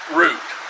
route